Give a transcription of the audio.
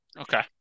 okay